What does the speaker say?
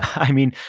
i mean,